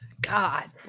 God